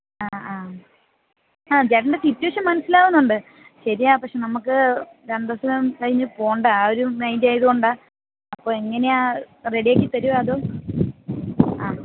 ആ ആ ആ ചേട്ടൻ്റെ സിറ്റുവേഷൻ മനസിലാകുന്നുണ്ട് ശരിയാണ് പക്ഷേ നമുക്ക് രണ്ട് ദിവസത്തിന് അകം കഴിഞ്ഞ് പോകേണ്ടതാണ് ആ ഒരു മൈൻഡ് ആയത് കൊണ്ടാണ് അപ്പം എങ്ങനെയാണ് റെഡിയാക്കി തരുമോ അതോ ആ